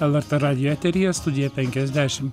lrt radijo eteryje studija penkiasdešimt